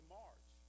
march